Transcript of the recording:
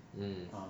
mm